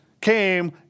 came